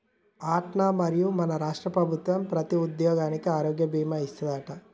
అట్నా మరి మన రాష్ట్ర ప్రభుత్వం ప్రతి ఉద్యోగికి ఆరోగ్య భీమా ఇస్తాదట